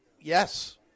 yes